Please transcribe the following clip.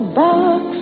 box